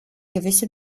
gewisse